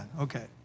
Okay